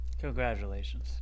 Congratulations